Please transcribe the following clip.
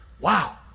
Wow